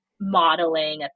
modeling